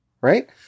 right